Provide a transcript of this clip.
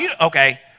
okay